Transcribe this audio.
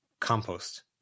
Compost